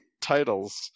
titles